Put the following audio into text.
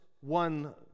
one